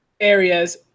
areas